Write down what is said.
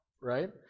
Right